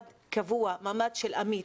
קבוע, מעמד של עמית.